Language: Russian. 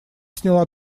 сняла